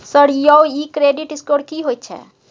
Sir यौ इ credit score की होयत छै?